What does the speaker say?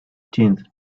tenth